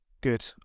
good